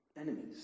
enemies